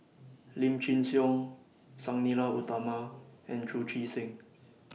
Lim Chin Siong Sang Nila Utama and Chu Chee Seng